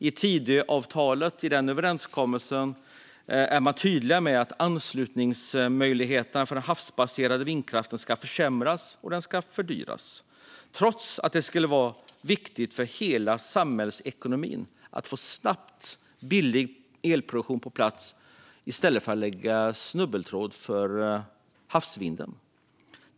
I Tidöavtalet är man tydlig med att anslutningsmöjligheterna för den havsbaserade vindkraften ska försämras och fördyras, trots att det skulle vara viktigt för hela samhällsekonomin att snabbt få på plats billig elproduktion i stället för att lägga snubbeltråd för havsvinden.